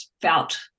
felt